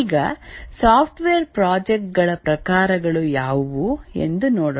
ಈಗ software project ಗಳ ಪ್ರಕಾರಗಳು ಯಾವುವು ಎಂದು ನೋಡೋಣ